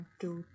two